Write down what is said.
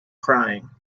crying